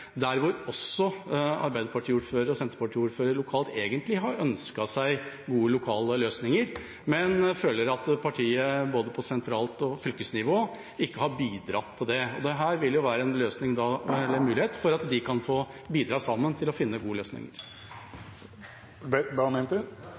der hvor også Arbeiderparti-ordførere og Senterparti-ordførere lokalt egentlig har ønsket seg gode lokale løsninger, men følt at partiet på både sentralt nivå og fylkesnivå ikke har bidratt til det. Dette vil være en mulighet for at de kan bidra sammen for å finne gode løsninger.